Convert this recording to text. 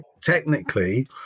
Technically